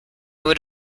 would